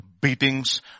beatings